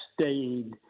stayed